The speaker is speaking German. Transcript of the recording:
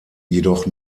jedoch